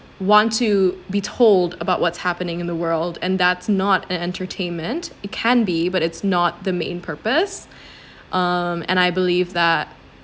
want to be told about what's happening in the world and that's not an entertainment it can be but it's not the main purpose um and I believe that